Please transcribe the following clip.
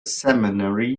seminary